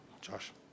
Josh